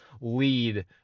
lead